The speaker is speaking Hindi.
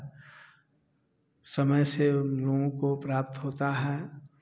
समय से उन लोगों को प्राप्त होता है